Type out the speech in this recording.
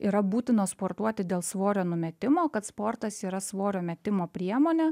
yra būtina sportuoti dėl svorio numetimo kad sportas yra svorio metimo priemonė